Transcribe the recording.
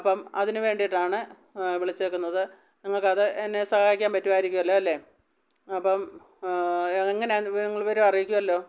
അപ്പം അതിന് വേണ്ടിയിട്ടാണ് വിളിച്ചേക്കുന്നത് നിങ്ങൾക്കത് എന്നെ സഹായിക്കാൻ പറ്റുമായിരിക്കുമല്ലോ അല്ലേ അപ്പം എങ്ങനെയാണെന്ന് നിങ്ങൾ വിവരമറിയിക്കുമല്ലോ